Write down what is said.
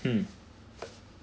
mm